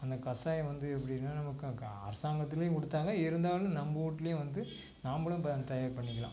அந்தக் கசாயம் வந்து எப்படின்னா நமக்கு க அரசாங்கத்துலேயும் கொடுத்தாங்க இருந்தாலும் நம்ம வீட்லையும் வந்து நாம்மளும் இப்போ தயார் பண்ணிக்கலாம்